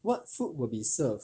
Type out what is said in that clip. what food will be served